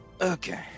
Okay